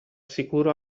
sicuro